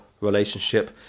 relationship